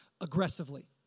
aggressively